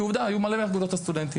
כי עובדה היו מלא מאגודות הסטודנטים.